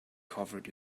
covered